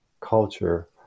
culture